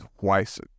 twice